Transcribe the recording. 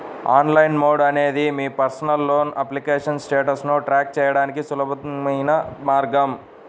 online mode అనేది మీ personal loan application స్టేటస్ను ట్రాక్ చేయడానికి సులభమైన మార్గం